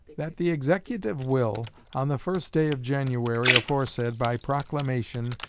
that the executive will, on the first day of january aforesaid, by proclamation,